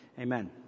Amen